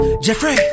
Jeffrey